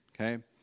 okay